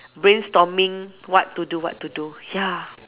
brainstorming what to do what to do ya